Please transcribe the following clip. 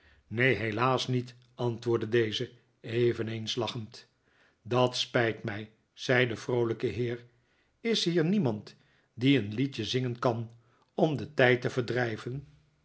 neen helaas niet antwoordde deze eveneens glimlachend dat spijt mij zei de vroolijke heer is bier niemand die een liedje zingen kan om den tijd te verdrijven